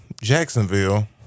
Jacksonville